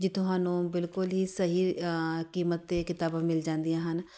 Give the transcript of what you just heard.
ਜਿੱਥੋਂ ਸਾਨੂੰ ਬਿਲਕੁਲ ਹੀ ਸਹੀ ਕੀਮਤ 'ਤੇ ਕਿਤਾਬਾਂ ਮਿਲ ਜਾਂਦੀਆਂ ਹਨ